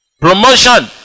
promotion